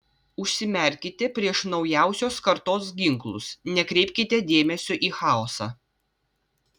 užsimerkite prieš naujausios kartos ginklus nekreipkite dėmesio į chaosą